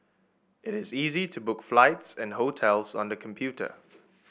it is easy to book flights and hotels on the computer